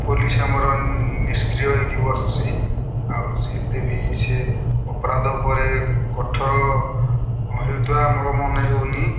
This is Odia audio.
ପୋଲିସ୍ ଆମର ନିଷ୍କ୍ରିୟ ହୋଇ ବସିଛି ଆଉ ଏତେ ବି ସେ ଅପରାଧ ଉପରେ କୋଠର ହେଉଥିବା ଆମର ମନେ ହେଉନି